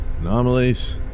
Anomalies